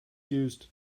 used